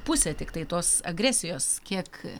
pusę tiktai tos agresijos kiek